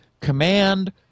command